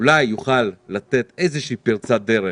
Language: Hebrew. ואולי הוא יוכל לתת איזושהי פרצת דרך